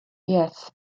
yes